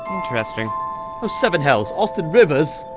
interesting oh, seven hells. austin rivers?